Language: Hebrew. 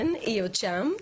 כן, היא עוד שם.